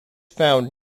found